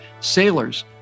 sailors